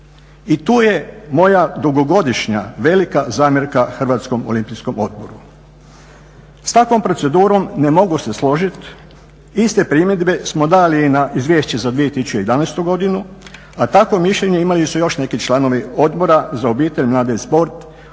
I tu je moja dugogodišnja velika zamjerka Hrvatskom olimpijskom odboru. S takvom procedurom ne mogu se složiti, iste primjedbe smo dali i na izvješće za 2011. godinu, a takvo mišljenje imali su još neki članovi Odbora za obitelj, mlade i sport